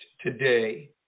today